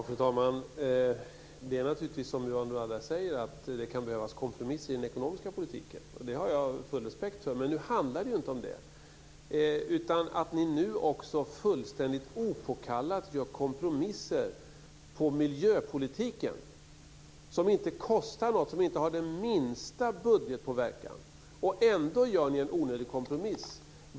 Fru talman! Det är naturligtvis som Yvonne Ruwaida säger att det kan behövas kompromisser i den ekonomiska politiken. Det har jag full respekt för. Men nu handlar det inte om det. Ni gör nu fullständigt opåkallat kompromisser om miljöpolitiken som inte kostar något och inte har den minsta budgetpåverkan. Ändå gör ni en onödig kompromiss.